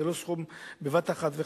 זה לא סכום שיינתן בבת-אחת,